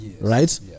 right